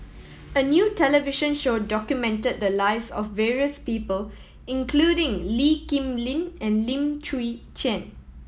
a new television show documented the lives of various people including Lee Kip Lin and Lim Chwee Chian